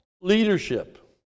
leadership